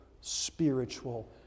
spiritual